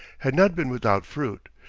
had not been without fruit,